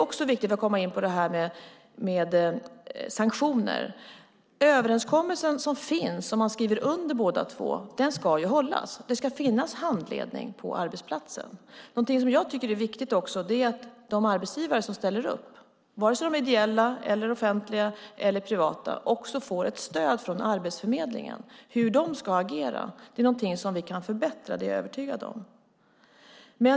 För att komma in på sanktioner: Den överenskommelse som finns och som båda två skriver under ska hållas. Det ska finnas handledning på arbetsplatsen. Någonting som jag tycker är viktigt är att de arbetsgivare som ställer upp, vare sig de är ideella, offentliga eller privata, får stöd från Arbetsförmedlingen för hur de ska agera. Det är någonting som vi kan förbättra, det är jag övertygad om.